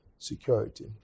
Security